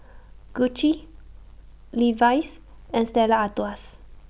Gucci Levi's and Stella Artois